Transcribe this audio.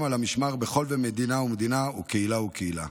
על המשמר בכל מדינה ומדינה ובכל קהילה וקהילה.